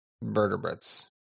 vertebrates